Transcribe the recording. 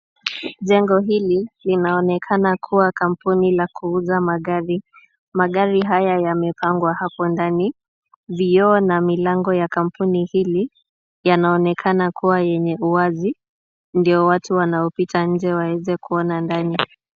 Jengo hili linaonekana kuwa kampuni la kuuza magari, magari haya yamepangwa hapa ndani. Vioo na milango ya hili, yanaonekana kuwa yenye uwazi, ndio watu wanaopita nje waeze kuona ndani.